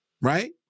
right